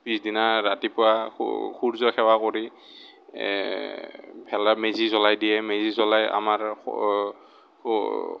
পিছদিনা ৰাতিপুৱা সূ সূৰ্য্য সেৱা কৰি ভেলা মেজি জ্বলাই দিয়ে মেজি জ্বলাই আমাৰ